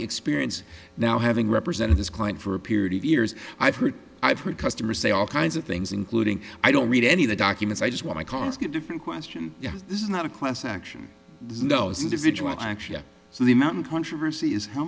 experience now having represented this client for a period of years i've heard i've heard customers say all kinds of things including i don't read any of the documents i just want my calls get a different question yes this is not a question action no it's individual action so the mountain controversy is how